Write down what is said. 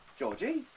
georgie?